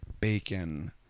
bacon